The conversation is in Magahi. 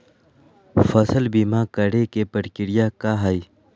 फसल बीमा करे के प्रक्रिया का हई?